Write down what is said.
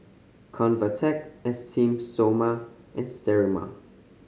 Convatec Esteem Stoma and Sterimar